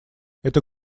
это